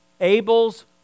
Abel's